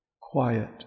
quiet